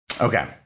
Okay